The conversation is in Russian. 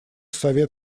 совет